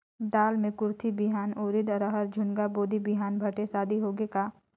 दाल मे कुरथी बिहान, उरीद, रहर, झुनगा, बोदी बिहान भटेस आदि होगे का?